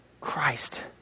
christ